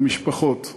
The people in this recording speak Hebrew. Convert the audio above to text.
למשפחות.